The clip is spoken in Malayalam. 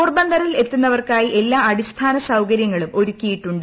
പോർബന്തറിൽ എത്തുന്നുവർക്കായി എല്ലാ അടിസ്ഥാന സൌകരൃങ്ങളും ഒരുക്കിയിട്ടുണ്ട്